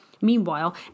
Meanwhile